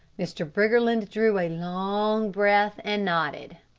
mr. briggerland drew a long breath and nodded.